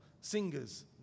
singers